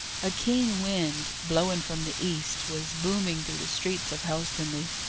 a keen wind, blowing from the east, was booming through the streets of helstonleigh,